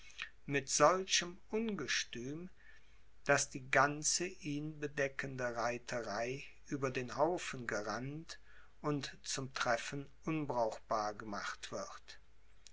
mit solchem ungestüm daß die ganze ihn bedeckende reiterei über den haufen gerannt und zum treffen unbrauchbar gemacht wird